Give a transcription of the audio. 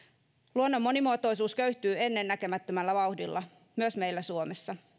luonnon monimuotoisuus köyhtyy ennennäkemättömällä vauhdilla myös meillä suomessa